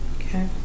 Okay